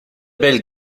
belles